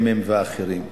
הממ"מ ואחרים.